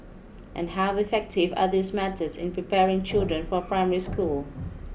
and how effective are these methods in preparing children for primary school